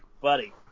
buddy